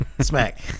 smack